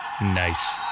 Nice